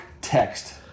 text